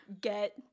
Get